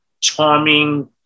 charming